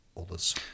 others